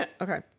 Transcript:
okay